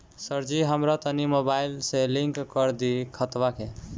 सरजी हमरा तनी मोबाइल से लिंक कदी खतबा के